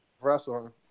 wrestling